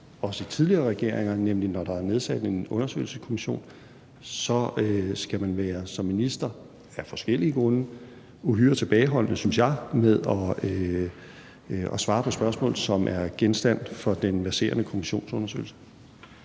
også i tidligere regeringer, nemlig at når der nedsat en undersøgelseskommission, skal man som minister være uhyre tilbageholdende – af forskellige grunde – synes jeg, med at svare på spørgsmål, som er genstand for den verserende kommissionsundersøgelse.